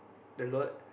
the lot